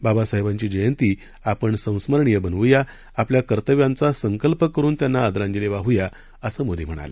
बाबासाहेबांची जयंती आपण संस्मरणीय बनव्या आपल्या कर्तव्यांचा संकल्प करून त्यांना आदरांजली वाहूया असं मोदी म्हणाले